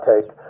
take